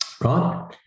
right